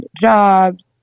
jobs